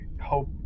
hope